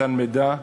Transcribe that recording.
מתן מידע,